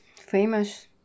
famous